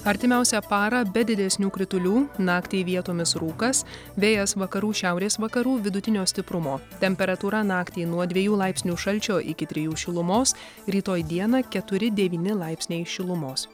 artimiausią parą be didesnių kritulių naktį vietomis rūkas vėjas vakarų šiaurės vakarų vidutinio stiprumo temperatūra naktį nuo dviejų laipsnių šalčio iki trijų šilumos rytoj dieną keturi devyni laipsniai šilumos